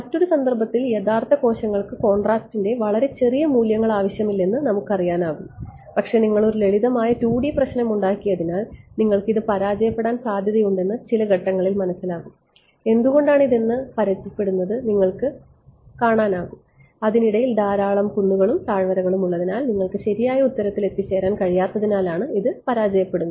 മറ്റൊരു സന്ദർഭത്തിൽ യഥാർത്ഥ കോശങ്ങൾക്ക് കോൺട്രാസ്റ്റിന്റെ വളരെ ചെറിയ മൂല്യങ്ങൾ ആവശ്യമില്ലെന്ന് നമുക്ക് അറിയാനാകും പക്ഷേ നിങ്ങൾ ഒരു ലളിതമായ 2 Dപ്രശ്നം ഉണ്ടാക്കിയതിനാൽ നിങ്ങൾക്ക് ഇത് പരാജയപ്പെടാൻ സാധ്യതയുണ്ടെന്ന് ചില ഘട്ടങ്ങളിൽ മനസ്സിലാകും എന്തുകൊണ്ടാണ് ഇതെന്ന് ഇത് പരാജയപ്പെടുന്നത് വരെ നിങ്ങൾക്ക് കാണാൻ കഴിയും അതിനിടയിൽ ധാരാളം കുന്നുകളും താഴ്വരകളും ഉള്ളതിനാൽ നിങ്ങൾക്ക് ശരിയായ ഉത്തരത്തിൽ എത്തിച്ചേരാൻ കഴിയാത്തതിനാലാണ് ഇത് പരാജയപ്പെടുന്നത്